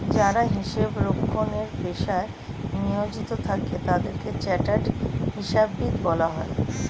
যারা হিসাব রক্ষণের পেশায় নিয়োজিত থাকে তাদের চার্টার্ড হিসাববিদ বলা হয়